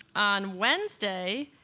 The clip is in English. on wednesday,